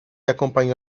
acompañó